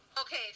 Okay